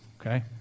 okay